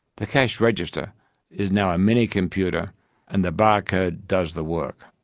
the cash register is now a mini-computer and the barcode does the work.